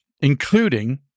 including